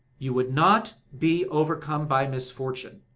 you would not be overcome by misfortune.